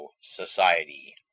Society